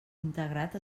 integrat